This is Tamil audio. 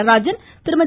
நடராஜன் திருமதி